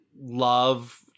love